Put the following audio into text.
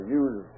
use